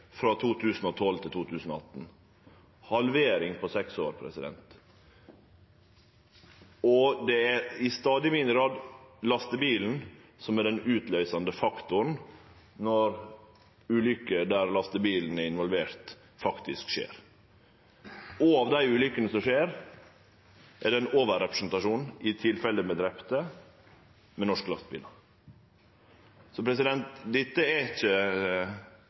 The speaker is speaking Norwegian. frå 2012 til 2018 – ei halvering på seks år. Det er i stadig mindre grad lastebilen som er den utløysande faktoren når ulykker der lastebilen er involvert, faktisk skjer, og av dei ulykkene som skjer, er det ein overrepresentasjon i tilfelle med drepne med norske lastebilar. Så dette er ikkje